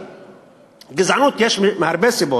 גזענות יש מהרבה סיבות.